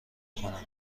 کنم